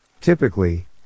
Typically